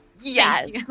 Yes